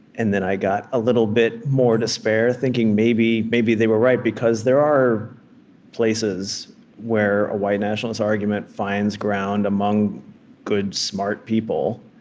and then i got a little bit more despair, thinking maybe maybe they were right, because there are places where a white nationalist argument finds ground among good, smart people